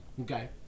Okay